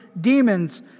demons